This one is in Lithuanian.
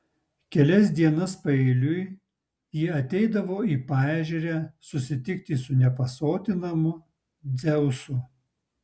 kelias dienas paeiliui ji ateidavo į paežerę susitikti su nepasotinamu dzeusu